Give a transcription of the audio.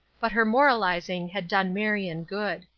but her moralizing had done marion good.